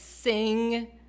sing